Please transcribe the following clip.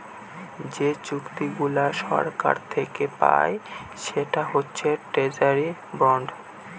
যে চুক্তিগুলা সরকার থাকে পায় সেটা হচ্ছে ট্রেজারি বন্ড